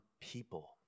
people